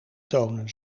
tonen